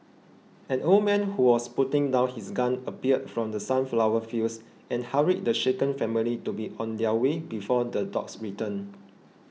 an old man who was putting down his gun appeared from the sunflower fields and hurried the shaken family to be on their way before the dogs return